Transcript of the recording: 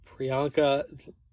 Priyanka